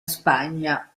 spagna